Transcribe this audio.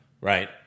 Right